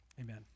amen